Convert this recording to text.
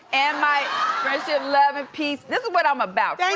and my friendship, love, and peace. this is what i'm about and